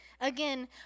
Again